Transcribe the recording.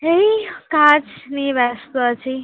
এই কাজ নিয়ে ব্যস্ত আছি